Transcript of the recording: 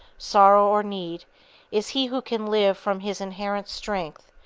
sorrow or need is he who can live from his inherent strength,